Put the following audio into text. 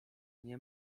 nie